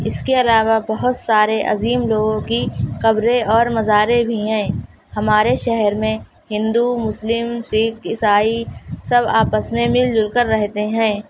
اس کے علاوہ بہت سارے عظیم لوگوں کی قبریں اور مزاریں بھی ہیں ہمارے شہر میں ہندو مسلم سکھ عیسائی سب آپس میں مل جل کر رہتے ہیں